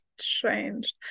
changed